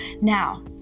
Now